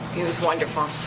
it was wonderful.